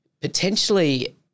potentially